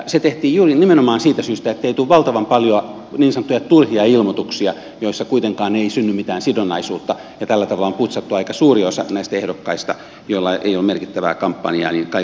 se tehtiin juuri nimenomaan siitä syystä ettei tule valtavan paljon niin sanottuja turhia ilmoituksia joissa kuitenkaan ei synny mitään sidonnaisuutta ja tällä tavalla on putsattu aika suuri osa näistä ehdokkaista joilla ei ole merkittävää kampanjaa kaiken kaikkiaan pois